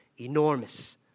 enormous